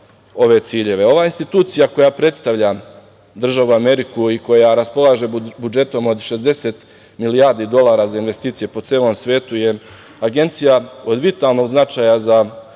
Ova institucija koja predstavlja državu Ameriku i koja raspolaže budžetom od 60 milijardi dolara za investicije po celom svetu je agencija od vitalnog značaja za podršku